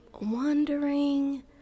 wondering